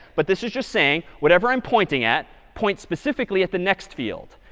but this is just saying, whatever i'm pointing at point specifically at the next field.